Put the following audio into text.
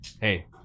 hey